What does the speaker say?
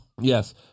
Yes